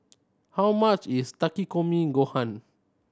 how much is Takikomi Gohan